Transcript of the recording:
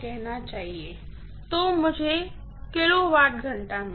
कहना चाहिए तो मुझे किलोवाट घंटा मिलेगा